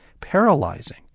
paralyzing